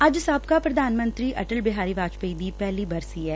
ਅੱਜ ਸਾਬਕਾ ਪ੍ਰਧਾਨ ਮੰਤਰੀ ਅਟਲ ਬਿਹਾਰੀ ਵਾਜਪਾਈ ਦੀ ਪਹਿਲੀ ਬਰਸੀ ਐ